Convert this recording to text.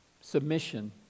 submission